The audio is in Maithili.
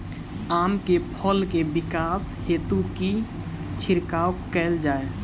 आम केँ फल केँ विकास हेतु की छिड़काव कैल जाए?